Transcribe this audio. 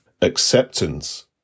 Acceptance